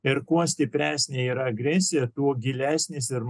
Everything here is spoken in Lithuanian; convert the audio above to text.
ir kuo stipresnė yra agresija tuo gilesnis ir